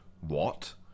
What